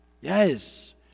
Yes